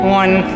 one